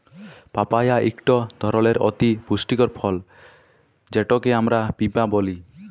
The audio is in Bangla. পাপায়া ইকট ধরলের অতি পুষ্টিকর ফল যেটকে আমরা পিঁপা ব্যলি